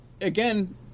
again